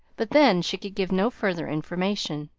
but then she could give no further information.